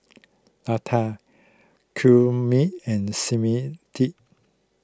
Lata Gurmeet and Smriti